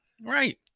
Right